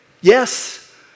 Yes